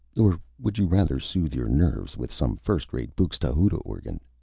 or would you rather soothe your nerves with some first-rate buxtehude organ.